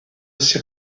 ces